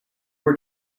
were